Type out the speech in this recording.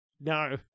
No